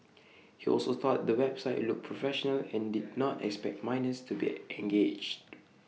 he also thought the website looked professional and did not expect minors to be engaged